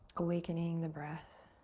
awakening the breath.